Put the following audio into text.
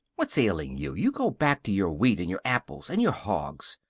what's ailing you? you go back to your wheat and your apples and your hogs.